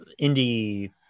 indie